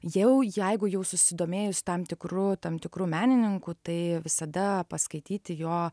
jau jeigu jau susidomėjus tam tikru tam tikru menininku tai visada paskaityti jo